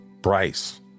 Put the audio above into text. Bryce